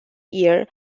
year